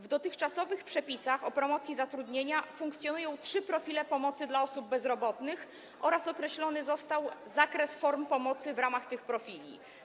W dotychczasowych przepisach o promocji zatrudnienia funkcjonują trzy profile pomocy dla osób bezrobotnych oraz określony jest zakres form pomocy udzielanej w ramach tych profili.